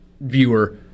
viewer